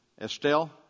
Estelle